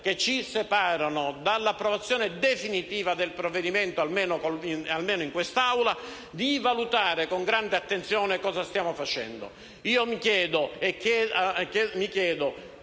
che ci separano dalla approvazione definitiva del provvedimento, almeno in quest'Aula, di valutare con grande attenzione cosa stiamo facendo.